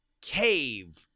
cave